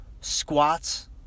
squats